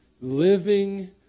living